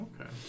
okay